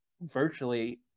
virtually